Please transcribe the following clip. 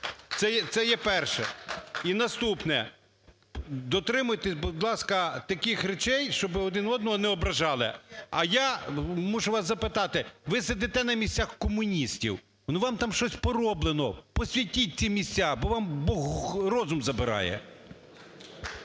Це є перше. І наступне. Дотримуйтесь, будь ласка, таких речей, щоби один одного не ображали. А я мушу вас запитати. Ви сидите на місцях комуністів, ну, вам там щось пороблено! Посвятіть ці місця, бо вам Бог розум забирає.